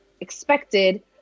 expected